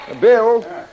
Bill